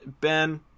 Ben